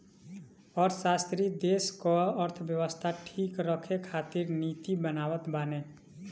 अर्थशास्त्री देस कअ अर्थव्यवस्था ठीक रखे खातिर नीति बनावत बाने